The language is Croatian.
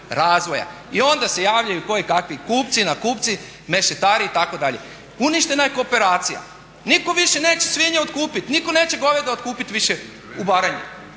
razvoja. I onda se javljaju koje kakvi kupci, nakupci, mešetari itd.. Uništena je kooperacija. Nitko više neće svinje otkupiti, nitko neće goveda otkupiti više u Baranji.